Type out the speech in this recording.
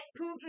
Putin